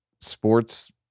sports